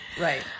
right